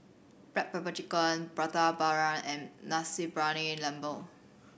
black pepper chicken Prata Bawang and Nasi Briyani Lembu